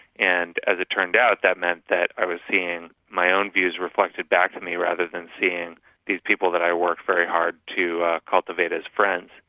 and as it turned out, that meant that i was seeing my own views reflected back to me, rather than seeing these people that i worked very hard to cultivate as friends.